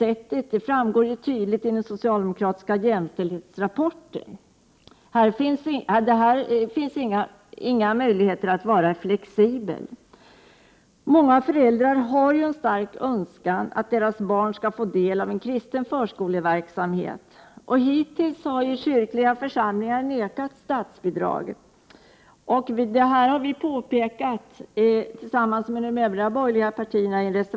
Detta synsätt framgår tydligt i den socialdemokratiska jämställdhetsrapporten. Här finns det inte några möjligheter att vara flexibel. Många föräldrar har en stark önskan om att deras barn skall delta i en kristen förskoleverksamhet. Hittills har kyrkliga församlingar nekats statsbidrag. Detta har vi påtalat i en reservation som vi har tillsammans med de övriga borgerliga partierna.